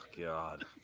God